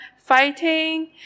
fighting